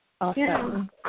Awesome